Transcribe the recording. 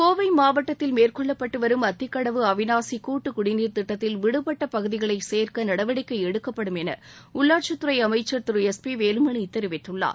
கோவை மாவட்டத்தில் மேற்கொள்ளப்பட்டு வரும் அத்திக்கடவு அவினாசி கூட்டு குடிநீர் திட்டத்தில் விடுபட்ட பகுதிகளை சேர்க்க நடவடிக்கை எடுக்கப்படும் என உள்ளாட்சித்துறை அமைச்சா் திரு எஸ் பி வேலுமணி தெரிவித்துள்ளார்